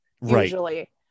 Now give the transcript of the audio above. usually